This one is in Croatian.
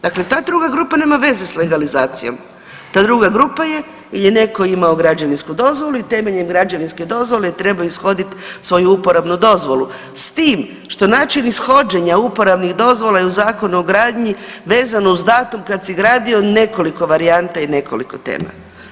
Dakle, ta druga grupa nema veze s legalizacijom, ta druga grupa je jel je netko imao građevinsku dozvolu i temeljem građevinske dozvole treba ishodit svoju uporabnu dozvolu s tim što način ishođenja uporabnih dozvola je u Zakonu o gradnji vezano uz datum kad si gradio nekoliko varijanta i nekoliko tema.